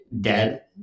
dead